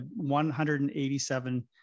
187